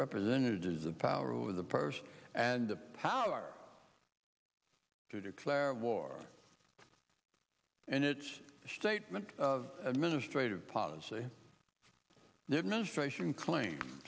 representatives a power over the purse and the power to declare war and it's a statement of administrative policy